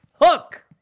hook